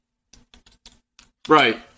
right